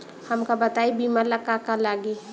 हमका बताई बीमा ला का का लागी?